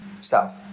South